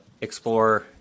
explore